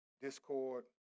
discord